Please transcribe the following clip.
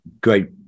great